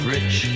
Rich